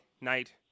night